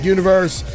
Universe